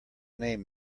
name